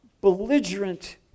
belligerent